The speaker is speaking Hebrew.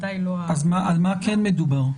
אז על מה כן מדובר?